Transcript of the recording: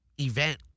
event